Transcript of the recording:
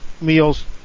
meals